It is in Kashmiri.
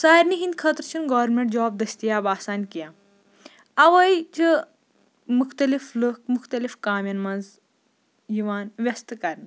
سارنی ہِنٛدِ خٲطرٕ چھِنہٕ گورمٮ۪نٛٹ جاب دٔستِیاب آسان کیٚنٛہہ اَوَے چھِ مختلف لُکھ مختلف کامٮ۪ن منٛز یِوان وٮ۪ستہٕ کَرنہٕ